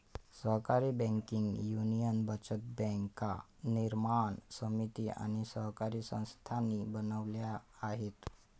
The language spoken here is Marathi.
सहकारी बँकिंग युनियन बचत बँका निर्माण समिती आणि सहकारी संस्थांनी बनवल्या आहेत